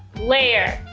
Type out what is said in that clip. layer,